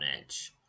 edge